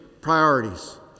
priorities